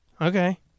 okay